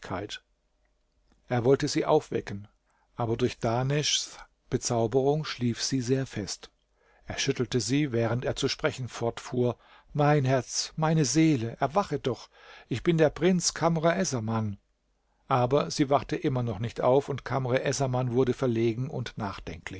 er wollte sie aufwecken aber durch dahneschs bezauberung schlief sie sehr fest er schüttelte sie während er zu sprechen fortfuhr mein herz meine seele erwache doch ich bin der prinz kamr essaman aber sie wachte immer nicht auf und kamr essaman wurde verlegen und